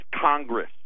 Congress